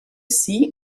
sie